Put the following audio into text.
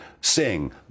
sing